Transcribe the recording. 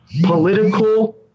political